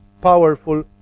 powerful